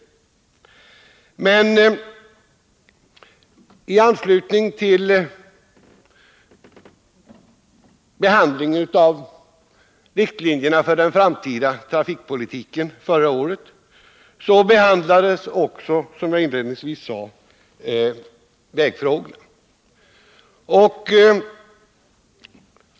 Men i anslutning till behandlingen av riktlinjerna för den framtida trafikpolitiken förra året behandlades också, som jag inledningsvis sade, vägfrågorna.